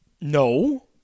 no